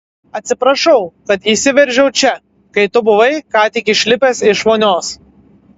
atsiprašau kad įsiveržiau čia kai tu buvai ką tik išlipęs iš vonios